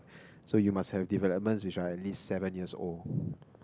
so you must have developments which are at least seven years old